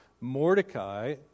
Mordecai